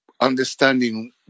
understanding